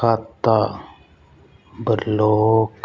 ਖਾਤਾ ਬਲੋਕ